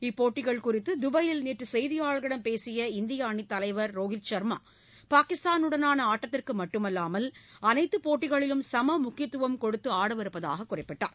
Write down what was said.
இப்போட்டிகள் குறித்து துபாயில் நேற்று செய்தியாளர்களிடம் பேசிய இந்திய அணித் தலைவர் ரோஹித் சர்மா பாகிஸ்தானுடனாள ஆட்டத்திற்கு மட்டுமல்லாமல் அனைத்து போட்டிகளிலும் சம முக்கியத்துவம் கொடுத்து ஆடவிருப்பதாக குறிப்பிட்டார்